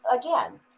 again